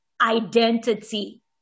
identity